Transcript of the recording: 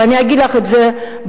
ואני אגיד לך את זה בעברית,